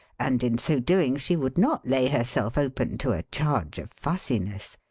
and in so doing she would not lay herself open to a charge of fussiness.